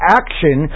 action